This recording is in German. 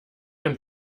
ein